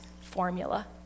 formula